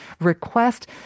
request